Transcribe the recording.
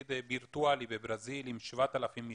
יריד וירטואלי בברזיל עם 7,000 משתתפים,